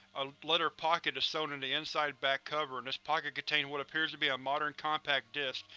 a leather pocket is sewn into the inside back cover, and this pocket contains what appears to be a modern compact disc,